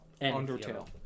undertale